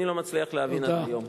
אני לא מצליח להבין עד היום.